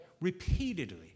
repeatedly